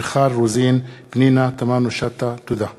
מיכל רוזין ופנינה תמנו-שטה בנושא: